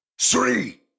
three